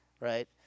right